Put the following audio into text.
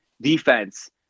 defense